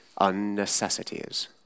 unnecessities